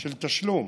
של תשלום